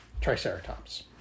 triceratops